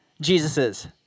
Jesus's